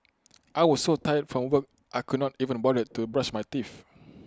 I was so tired from work I could not even bother to brush my teeth